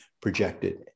projected